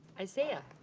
isaiah.